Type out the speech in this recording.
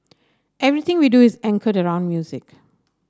everything we do is anchored around music